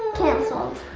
canceled.